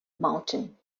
mountain